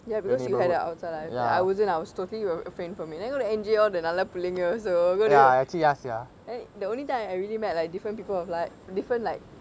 ya because you had a outside like I wasn't I was totally refrained from it then go to N_J all the நல்ல பிள்ளைங்க:nalla pilaynga also go to then the only time I really met like different people was like different like